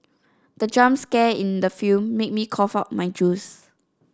the jump scare in the film made me cough out my juice